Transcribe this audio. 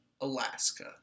Alaska